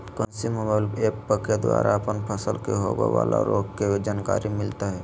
कौन सी mobile app के द्वारा अपन फसल के होबे बाला रोग के जानकारी मिलताय?